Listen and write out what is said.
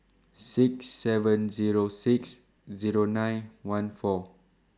six seven Zero six Zero nine one four